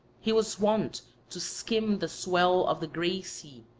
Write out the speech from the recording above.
he was wont to skim the swell of the grey sea,